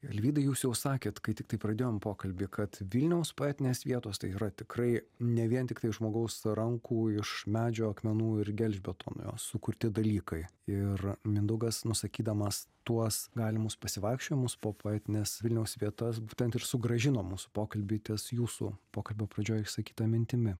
alvydai jūs jau sakėt kai tiktai pradėjom pokalbį kad vilniaus poetinės vietos tai yra tikrai ne vien tiktai žmogaus rankų iš medžio akmenų ir gelžbetonio sukurti dalykai ir mindaugas nusakydamas tuos galimus pasivaikščiojimus po poetines vilniaus vietas būtent ir sugrąžino mūsų pokalbį ties jūsų pokalbio pradžioj išsakyta mintimi